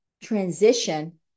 transition